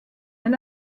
elle